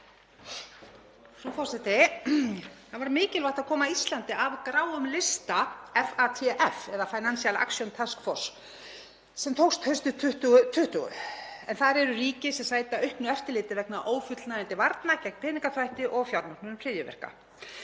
Frú forseti. Það var mikilvægt að koma Íslandi af gráum lista FATF, eða Financial Action Task Force, sem tókst haustið 2020, en þar eru ríki sem sæta auknu eftirliti vegna ófullnægjandi varna gegn peningaþvætti og fjármögnun hryðjuverka.